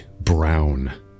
brown